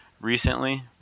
Recently